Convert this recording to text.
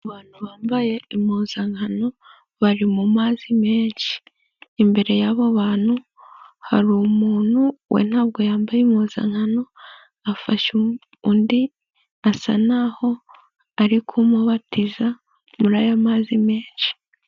Abantu bambaye impuzankano bari mu mazi menshi, imbere y'aba bantu hari umuntu we ntabwo yambaye impuzankano, afasha undi asa n'aho ari kumubatiza muri aya mazi menshi.